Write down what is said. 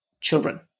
children